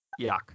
yuck